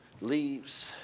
leaves